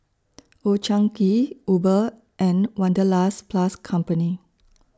Old Chang Kee Uber and Wanderlust Plus Company